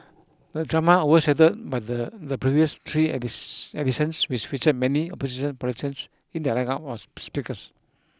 the drama overshadowed but the the previous three and this editions which featured many opposition politicians in their lineup of speakers